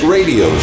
Radio